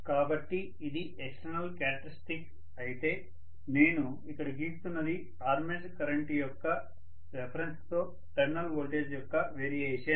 కాబట్టి ఇది external characteristics అయితే నేను ఇక్కడ గీస్తున్నది ఆర్మేచర్ కరెంటు యొక్క రెఫెరెన్సు తో టెర్మినల్ ఓల్టేజ్ యొక్క వేరియేషన్